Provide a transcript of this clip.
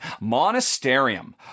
Monasterium